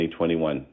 2021